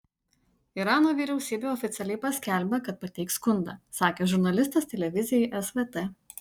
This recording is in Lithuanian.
irano vyriausybė oficialiai paskelbė kad pateiks skundą sakė žurnalistas televizijai svt